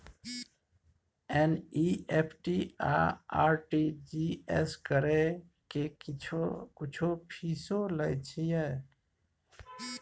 NEFT आ RTG S करै के कुछो फीसो लय छियै?